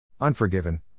Unforgiven